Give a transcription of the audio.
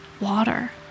water